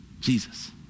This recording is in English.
Jesus